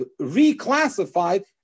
reclassified